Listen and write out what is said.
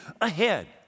ahead